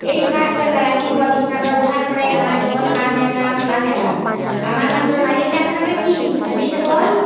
এই ভাত ৰন্ধা ৰাতিপুৱা বিচনাৰ পৰা উঠাৰ পৰাই আমাৰ কেৱল কামেই কাম কামেই কাম আমাৰ মাত্ৰ নাৰীগিলাখনৰ আমাৰ কি আমি কেৱল